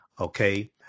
okay